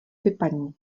vypadni